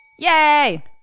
yay